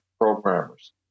programmers